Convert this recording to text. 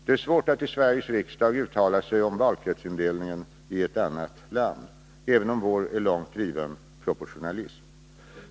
Det är svårt att i Sveriges riksdag uttala sig om valkretsindelningen i ett annat land, även om vår är långt driven proportionalism.